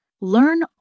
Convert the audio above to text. Learn